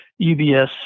UBS